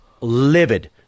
livid